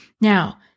Now